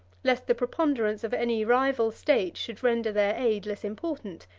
lest the preponderance of any rival state should render their aid less important,